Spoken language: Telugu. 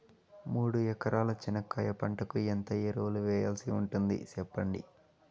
మూడు ఎకరాల చెనక్కాయ పంటకు ఎంత ఎరువులు వేయాల్సి ఉంటుంది సెప్పండి?